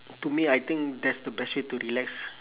to me I think that's the best way to relax